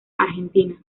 argentina